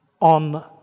on